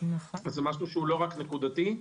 זה לא משהו נקודתי.